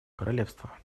королевства